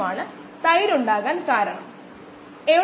3 minus minus 2